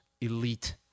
elite